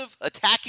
attacking